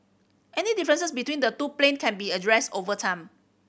any differences between the two plan can be addressed over time